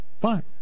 Fine